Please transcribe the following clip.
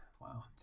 wow